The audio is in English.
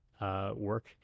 work